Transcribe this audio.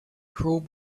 crawled